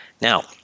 Now